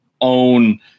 own